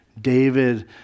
David